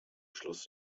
schluss